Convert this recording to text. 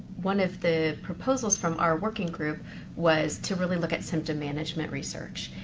one of the proposals from our working group was to really look at symptom management research.